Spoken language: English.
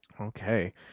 okay